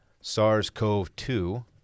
SARS-CoV-2